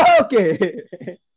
Okay